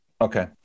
Okay